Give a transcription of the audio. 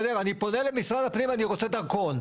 אני פונה למשרד הפנים להוציא דרכון,